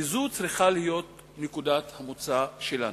וזאת צריכה להיות נקודת המוצא שלנו.